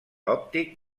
òptic